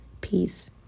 Peace